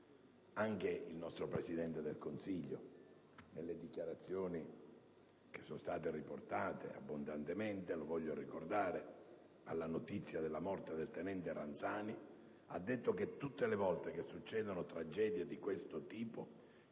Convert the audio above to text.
Anche il nostro Presidente del Consiglio, in dichiarazioni che sono state abbondantemente riportate, alla notizia della morte del tenente Ranzani ha detto che tutte le volte che succedono tragedie di questo tipo